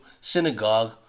synagogue